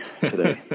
today